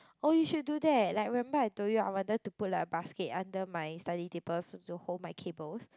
oh you should do that like remember I told you I wanted to put like a basket under my study table so to hold my cables